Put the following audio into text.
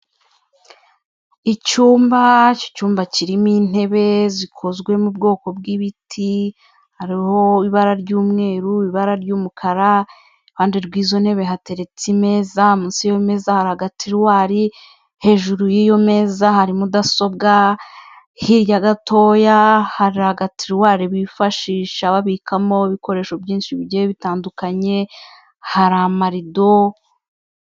Icyumba, icyo cyumba kirimo intebe zikozwe mu bwoko bw'ibiti. Hariho ibara ry'umweru, ibara ry'umukara. Iruhande rw'izo ntebe hateretse imeza. Munsi y'iyo meza hari agatiruwari. Hejuru y'iyo meza hari mudasobwa. Hirya gatoya hari agatiruwari bifashisha babikamo ibikoresho byinshi bigiye bitandukanye, hari amarido.